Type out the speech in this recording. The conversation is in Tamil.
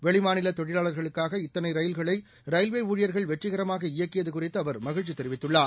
வெளிமாநில தொழிலாளர்களுக்காக இவ்வளவு ரயில்களை ரயில்வே ஊழியர்கள் வெற்றிகரமாக இயக்கியது குறித்து அவர் மகிழ்ச்சி தெரிவித்துள்ளார்